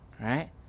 right